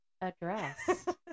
address